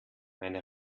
meine